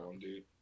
dude